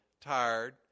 tired